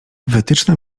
wytyczne